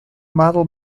model